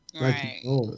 Right